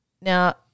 Now